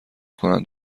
کنند